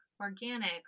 organic